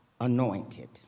anointed